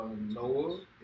Noah